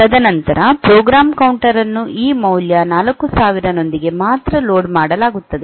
ತದನಂತರ program counter ಅನ್ನು ಈ ಮೌಲ್ಯ 4000 ನೊಂದಿಗೆ ಮಾತ್ರ ಲೋಡ್ ಮಾಡಲಾಗುತ್ತದೆ